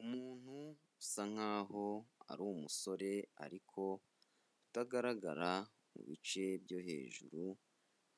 Umuntu usa nk'aho ari umusore ariko utagaragara mu bice byo hejuru,